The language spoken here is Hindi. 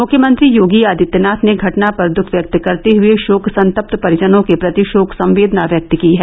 मुख्यमंत्री योगी आदित्यनाथ ने घटना पर दुख व्यक्त करते हुये शोक संतप्त परिजनों के प्रति शोक संवेदना व्यक्त की है